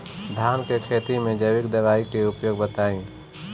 धान के खेती में जैविक दवाई के उपयोग बताइए?